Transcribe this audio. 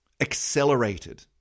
accelerated